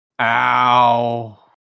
Ow